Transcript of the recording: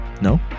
No